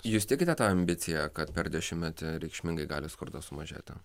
jūs tikite ta ambicija kad per dešimtmetį reikšmingai gali skurdas sumažėti